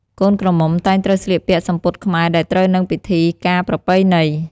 កូនក្រមុំតែងត្រូវស្លៀកពាក់សំពត់ខ្មែរដែលត្រូវនឹងពិធីការប្រពៃណី។